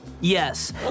Yes